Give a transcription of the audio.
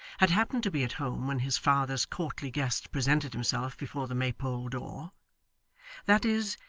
had happened to be at home when his father's courtly guest presented himself before the maypole door that is,